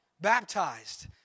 Baptized